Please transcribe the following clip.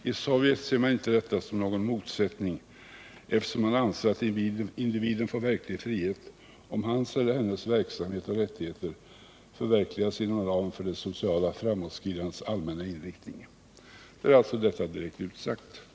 I Sovjetunionen ser man inte detta som någon motsättning, eftersom man anser att individen får verklig frihet om hans eller hennes verksamhet och rättigheter förverkligas inom ramen för det sociala framåtskridandets allmänna inriktning.” Detta uttalande är alltså ett klart uttryck för den officiella inställningen.